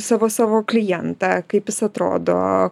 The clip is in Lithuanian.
savo savo klientą kaip jis atrodo